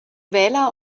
wähler